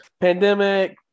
Pandemic